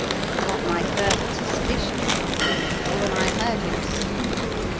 got my first suspicion of uncle phil when i heard him speak.